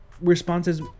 responses